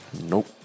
Nope